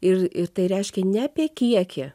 ir ir tai reiškia ne apie kiekį